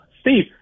Steve